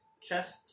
chest